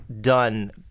done